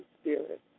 Spirit